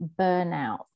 burnout